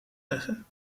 leggen